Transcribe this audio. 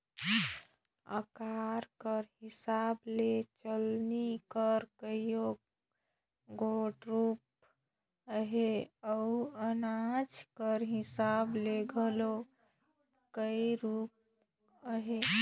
अकार कर हिसाब ले चलनी कर कइयो गोट रूप अहे अउ अनाज कर हिसाब ले घलो कइयो रूप अहे